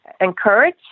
encourage